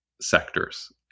sectors